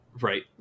Right